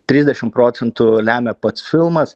trisdešim procentų lemia pats filmas